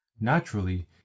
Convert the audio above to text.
Naturally